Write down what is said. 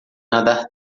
nadar